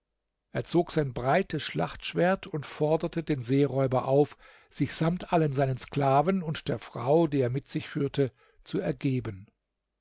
er zog sein breites schlachtschwert und forderte den seeräuber auf sich samt allen seinen sklaven und der frau die er mit sich führte zu ergeben